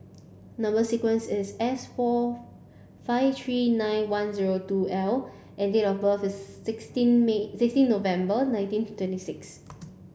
number sequence is S four five three nine one zero two L and date of birth is sixteen May sixteen November nineteen twenty six